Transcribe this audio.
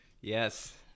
Yes